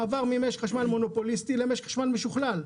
מעבר ממשק חשמל מונופוליסטי למשק חשמל משוכלל.